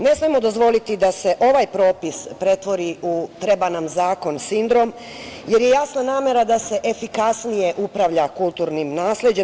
Ne smemo dozvoliti da se ovaj propis pretvori u treba nam zakon sindrom, jer je jasna namera da se efikasnije upravlja kulturnim nasleđem.